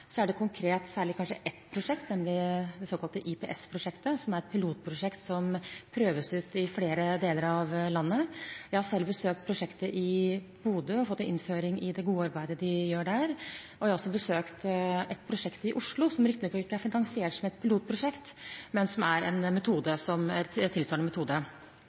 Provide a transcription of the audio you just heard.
det konkret kanskje særlig ett prosjekt, nemlig det såkalte IPS-prosjektet, som er et pilotprosjekt som prøves ut i flere deler av landet. Jeg har selv besøkt prosjektet i Bodø og fått en innføring i det gode arbeidet de gjør der. Jeg har også besøkt et prosjekt i Oslo, som riktignok ikke er finansiert som et pilotprosjekt, men som er en tilsvarende metode. Nå går prosjektet ut. Det vi er